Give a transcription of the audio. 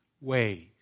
ways